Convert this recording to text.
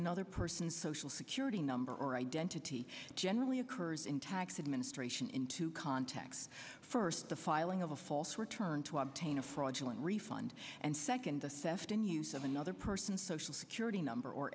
another person's social security number or identity generally occurs in tax administration in two contexts first the filing of a false return to obtain a fraudulent refund and second the theft in use of another person's social security number or